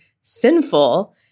sinful